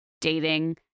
dating